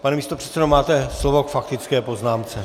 Pane místopředsedo, máte slovo k faktické poznámce.